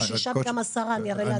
גם שישה וגם עשרה, אני אראה לאדוני.